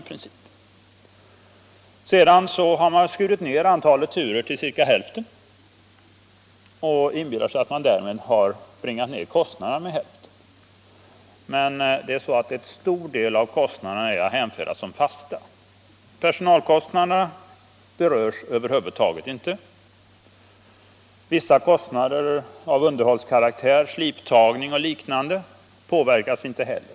På grundval härav har man skurit ned antalet turer till ca hälften och inbillar sig att man därmed har bringat ned kostnaderna med hälften. En stor del av kostnaderna är dock att hänföra som fasta. Personalkostnaderna berörs över huvud taget inte: Vissa kostnader av underhållskaraktär, sliptagning och liknande, påverkas inte heller.